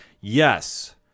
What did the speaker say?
Yes